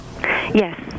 Yes